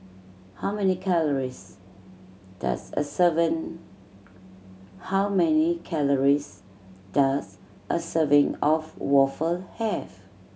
how many calories does a serving how many calories does a serving of waffle have